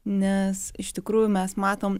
nes iš tikrųjų mes matom